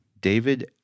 David